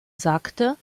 sagte